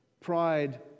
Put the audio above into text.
pride